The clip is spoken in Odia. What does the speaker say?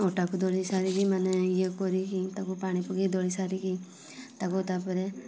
ଅଟାକୁ ଦଳି ସାରିକି ମାନେ ଇଏ କରିକି ତାକୁ ପାଣି ପକେଇକି ଦଳି ସାରିକି ତାକୁ ତା'ପରେ